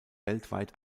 weltweit